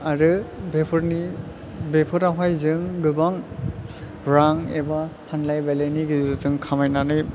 आरो बेफोरनि बेफोरावहाय जों गोबां रां एबा फानलाय बायलायनि गेजेरजों खामायनानै